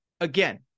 Again